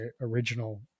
original